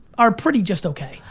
are pretty just okay.